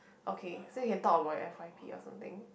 okay so you can talk about your F_y_P or something